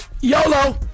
Yolo